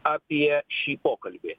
apie šį pokalbį